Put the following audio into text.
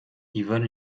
yvonne